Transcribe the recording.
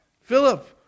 Philip